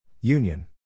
Union